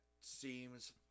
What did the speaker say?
seems